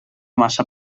massa